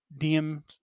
DM